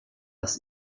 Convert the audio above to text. das